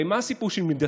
הרי מה הסיפור של מידתיות,